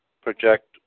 project